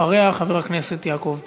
אחריה, חבר הכנסת יעקב פרי.